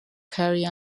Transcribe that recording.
carrie